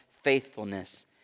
faithfulness